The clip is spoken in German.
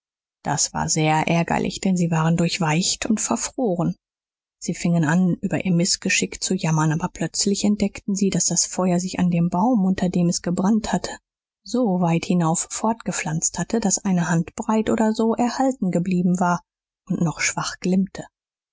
das war sehr ärgerlich denn sie waren durchweicht und verfroren sie fingen an über ihr mißgeschick zu jammern aber plötzlich entdeckten sie daß das feuer sich an dem baum unter dem es gebrannt hatte so weit hinauf fortgepflanzt hatte daß eine handbreit oder so erhalten geblieben war und noch schwach glimmte